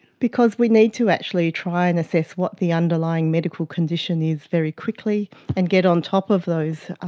because we need to actually try and assess what the underlying medical condition is very quickly and get on top of those ah